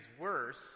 worse